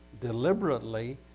deliberately